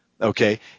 okay